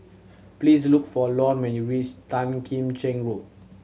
please look for Lon when you reach Tan Kim Cheng Road